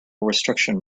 restriction